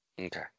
Okay